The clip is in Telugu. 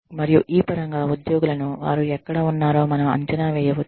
మరియు ఈ పరంగా ఉద్యోగులను వారు ఎక్కడ ఉన్నారో మనం అంచనా వేయవచ్చు